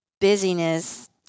busyness